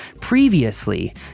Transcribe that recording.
previously